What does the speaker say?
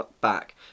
back